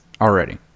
already